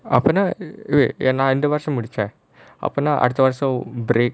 அப்போது நான் இந்த வருஷம் முடிச்சேன் அப்போ அடுத்த வருஷம்:aponaa naan intha varusham mudichaen appo adutha varusham break